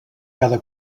cada